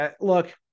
Look